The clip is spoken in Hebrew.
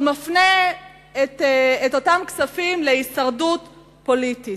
הוא מפנה את אותם כספים להישרדות פוליטית.